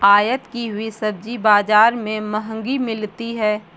आयत की हुई सब्जी बाजार में महंगी मिलती है